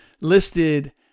listed